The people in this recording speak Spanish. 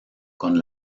con